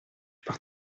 pars